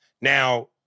Now